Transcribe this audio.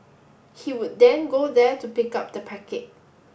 he would then go there to pick up the packet